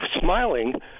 smiling